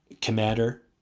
commander